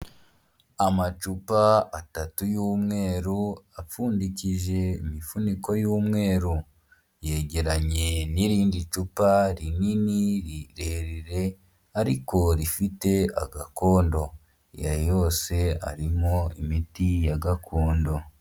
Amacupa atatu y'umweru apfundikije imifuniko y'umweru, yegeranye n'irindi cupa rinini rirerire ariko rifite agakondo, aya yose arimo imiti ya gakondo.